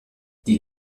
die